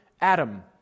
Adam